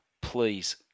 Please